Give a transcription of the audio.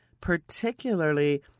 particularly